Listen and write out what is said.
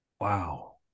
Wow